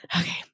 okay